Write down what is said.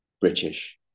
British